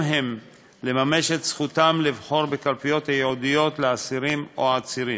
הם לממש את זכותם לבחור בקלפיות הייעודיות לאסירים או עצירים.